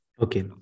Okay